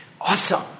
Awesome